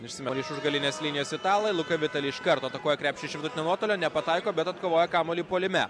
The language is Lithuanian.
išsamiau iš už galinės linijos italai luka vitali iš karto atakuoja krepšį iš vidutinio nuotolio nepataiko bet atkovoja kamuolį puolime